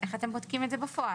איך אתם בודקים את זה בפועל.